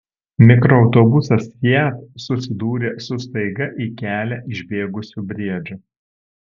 mikroautobusas fiat susidūrė su staiga į kelią išbėgusiu briedžiu